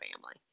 family